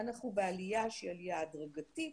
אנחנו בעלייה שהיא עלייה הדרגתית,